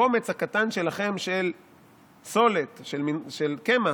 הקומץ הקטן שלכם של סולת, של קמח,